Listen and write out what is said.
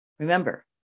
Remember